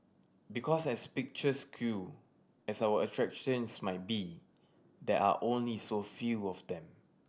because as picturesque as our attractions might be there are only so few of them